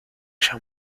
ella